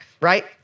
right